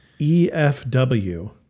EFW